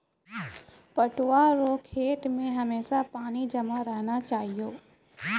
पटुआ रो खेत मे हमेशा पानी जमा रहना चाहिऔ